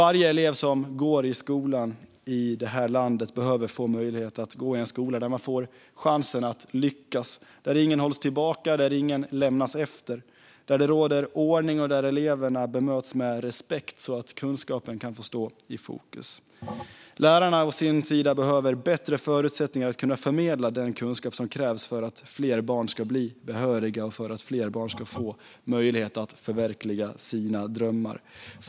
Varje elev som går i skolan i det här landet behöver få möjlighet att gå i en skola där man får chans att lyckas, där ingen hålls tillbaka, där ingen lämnas efter, där det råder ordning och där eleverna bemöts med respekt, så att kunskapen kan få stå i fokus. Lärarna å sin sida behöver bättre förutsättningar att kunna förmedla den kunskap som krävs för att fler barn ska bli behöriga och för att fler barn ska få möjlighet att förverkliga sina drömmar.